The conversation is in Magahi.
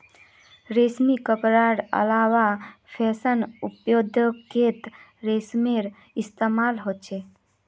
रेशमी कपडार अलावा फैशन उद्द्योगोत रेशमेर इस्तेमाल होचे